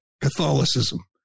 Catholicism